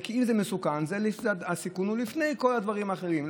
אם זה מסוכן, הסיכון הוא לפני כל הדברים האחרים.